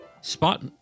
Spot